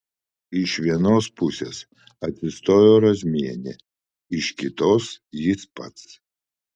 iš vienos pusės atsistojo razmienė iš kitos jis pats